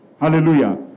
Hallelujah